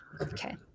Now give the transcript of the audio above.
Okay